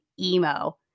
emo